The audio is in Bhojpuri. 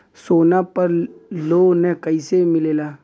सोना पर लो न कइसे मिलेला?